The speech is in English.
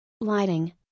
Lighting